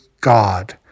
God